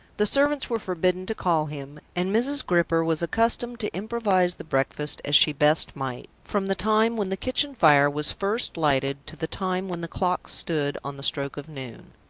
the servants were forbidden to call him and mrs. gripper was accustomed to improvise the breakfast as she best might, from the time when the kitchen fire was first lighted to the time when the clock stood on the stroke of noon.